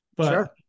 Sure